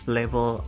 level